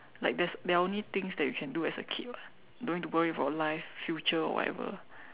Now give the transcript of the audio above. like there's there are only things that you can do as a kid [what] don't need to worry about life future or whatever